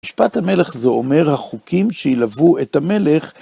משפט המלך זה אומר החוקים שילוו את המלך.